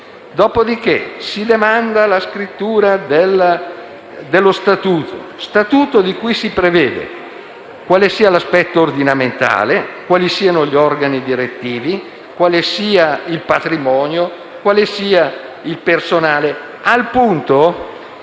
dopo di che si demanda la scrittura dello statuto, di cui si prevede quale sia l'aspetto ordinamentale, quali siano gli organi direttivi, quale sia il patrimonio e quale sia il personale, al punto